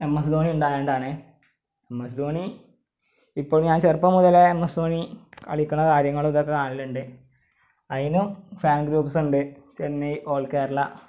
M S Dhoni ഉണ്ടായത് കൊണ്ടാണ് M S Dhoni ഇപ്പോൾ ഞാന് ചെറുപ്പം മുതലെ എം എസ് ധോണി കളിക്കുന്ന കാര്യങ്ങൾ ഇതൊക്കെ കാണലുണ്ട് അതിനും ഫാന് ഗ്രൂപ്സുണ്ട് ചെന്നൈ ഓള് കേരള